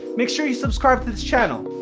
make sure you subscribe to this channel.